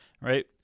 right